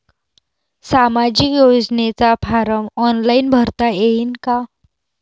सामाजिक योजनेचा form online भरता येईन का?